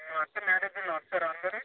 అక్క మ్యారేజ్ ఉంది వస్తారా అందరు